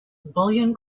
bullion